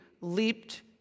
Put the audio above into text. leaped